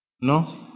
No